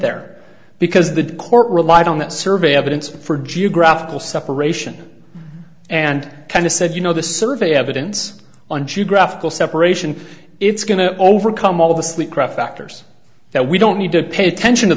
there because the court relied on that survey evidence for geographical separation and kind of said you know the survey evidence on geographical separation it's going to overcome all the sleep factors that we don't need to pay attention to